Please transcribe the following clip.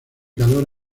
calor